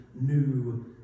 new